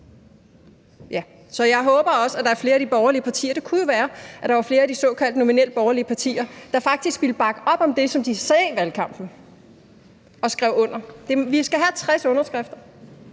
så jeg håber også, at der er flere af de borgerlige partier – det kunne jo være, at der var flere af de såkaldt nominelt borgerlige partier – der faktisk ville bakke op om det, som de sagde i valgkampen, og skrive under. Vi skal have 60 underskrifter,